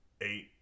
eight